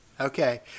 Okay